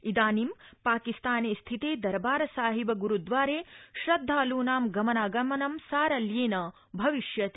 सम्प्रति पाकिस्ताने स्थिते दरबार साहिब ग्रूद्वारे श्रद्वालूना गमनागमनं सारल्येन भविष्यति